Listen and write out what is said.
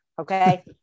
Okay